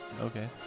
Okay